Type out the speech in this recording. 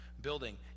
building